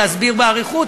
להסביר באריכות,